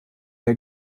der